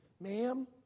ma'am